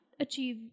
Achieve